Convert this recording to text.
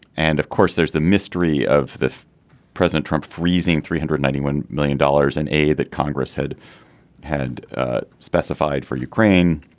and of course there's the mystery of this president trump freezing three hundred and ninety one million dollars and a that congress had had specified for ukraine.